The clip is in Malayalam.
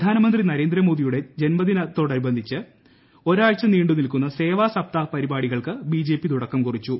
പ്രധാനമന്ത്രി നരേന്ദ്രമോദിയുടെ ജന്മദിനത്തോടനുബന്ധിച്ച് ഒരാഴ്ച നീണ്ടുനിൽക്കുന്ന സേവാ സപ്താഹ് പരിപാടികൾക്കു ബിജെപി തുടക്കം കുറിച്ചു